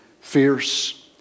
fierce